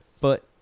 foot